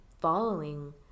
following